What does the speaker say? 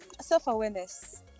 Self-awareness